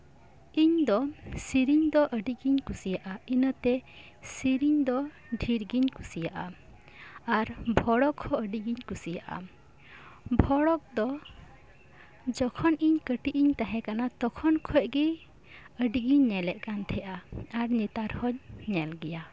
ᱤᱧ ᱫᱚ ᱥᱮᱹᱨᱮᱹᱧ ᱫᱚ ᱟᱹᱰᱤᱜᱤᱧ ᱠᱩᱥᱤᱭᱟᱜᱼᱟ ᱤᱱᱟᱹᱛᱮ ᱥᱮᱹᱨᱮᱹᱧ ᱫᱚ ᱰᱷᱮᱨ ᱜᱤᱧ ᱠᱩᱥᱤᱭᱟᱜᱼᱟ ᱟᱨ ᱵᱷᱚᱲᱚᱠ ᱦᱚᱸ ᱟᱹᱰᱤ ᱜᱤᱧ ᱠᱩᱥᱤᱭᱟᱜᱼᱟ ᱵᱷᱚᱲᱚᱠ ᱫᱚ ᱡᱚᱠᱷᱚᱡᱱ ᱤᱧ ᱠᱟᱹᱴᱤᱡ ᱤᱧ ᱛᱟᱦᱮᱸ ᱠᱟᱱᱟ ᱛᱚᱠᱷᱚᱱ ᱠᱷᱚᱱ ᱜᱮ ᱟᱹᱰᱤ ᱜᱮᱧ ᱧᱮᱞᱮᱫ ᱠᱟᱱ ᱛᱟᱦᱮᱫᱼᱟ ᱟᱨ ᱱᱮᱛᱟᱨ ᱦᱚᱸᱧ ᱧᱮᱞ ᱜᱮᱭᱟ